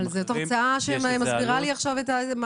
אבל זו תוצאה שמסבירה לי עכשיו את זה.